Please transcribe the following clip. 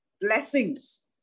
blessings